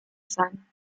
sein